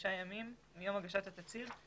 חמישה ימים מיום הגשת התצהיר,